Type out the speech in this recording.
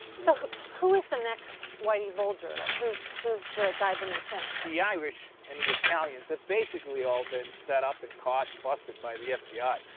so who is the next whitey bulger? like, who's who's the guy beneath him? the irish and the italians have basically all been set up and caught and busted by the fbi.